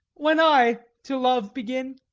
when i to love begin.